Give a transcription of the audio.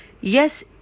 Yes